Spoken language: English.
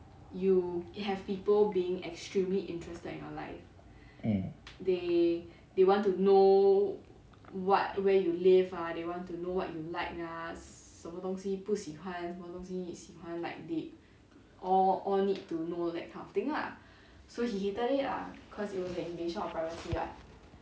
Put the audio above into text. mm